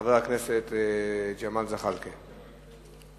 חבר הכנסת ג'מאל זחאלקה.